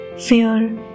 Fear